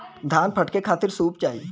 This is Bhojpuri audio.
धान फटके खातिर सूप चाही